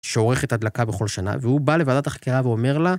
שעורכת הדלקה בכל שנה, והוא בא לוועדת החקירה ואומר לה,